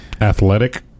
Athletic